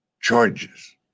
charges